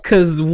Cause